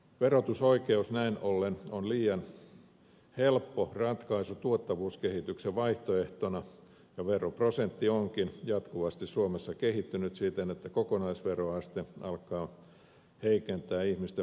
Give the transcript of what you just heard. verotusoikeus näin ollen on liian helppo ratkaisu tuottavuuskehityksen vaihtoehtona ja veroprosentti onkin jatkuvasti suomessa kehittynyt siten että kokonaisveroaste alkaa heikentää ihmisten motivoitumista työhön